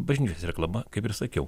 bažnyčios reklama kaip ir sakiau